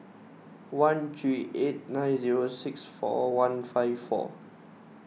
one three eight nine zero six four one five four